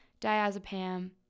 diazepam